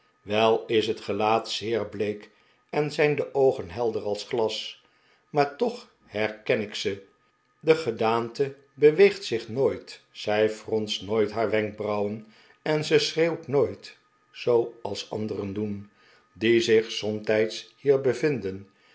wel is het gelaat zeer bleek en zijn de oogen helder als glas maar toch herken ik ze de gedaante beweegt zich nooit zij fronst nooit haar wenkbrauwen en ze schreeuwt nooit zoo als anderen doen die zich somtijds hier bevinden